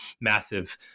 massive